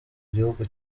gihugu